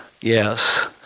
Yes